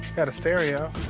got a stereo.